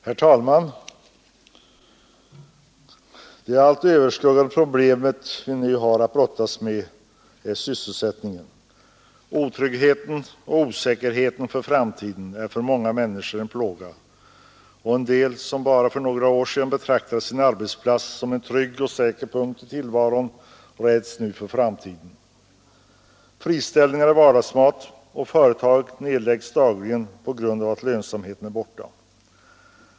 Herr talman! Det allt överskuggande problem vi nu har att brottas med är sysselsättningen. Otryggheten och osäkerheten för framtiden är för många människor en plåga, och många som bara för några år sedan betraktade sin arbetsplats som en trygg och säker punkt i tillvaron räds nu för framtiden. Friställningar är vardagsmat, och företag nedläggs dagligen på grund av att lönsamheten är borta.